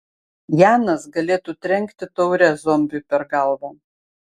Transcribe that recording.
janas galėtų trenkti taure zombiui per galvą